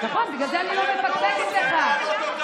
למרות שהפקידים שלי והפקידים של האוצר נמצאים כרגע במשבר,